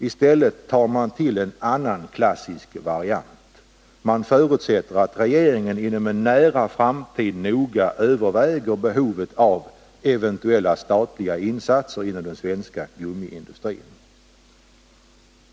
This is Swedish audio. I stället tar man till en annan klassisk variant: man förutsätter att regeringen inom en nära framtid noga överväger behovet av eventuella statliga insatser inom den svenska gummiindustrin.